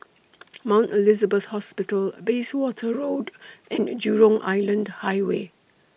Mount Elizabeth Hospital Bayswater Road and Jurong Island Highway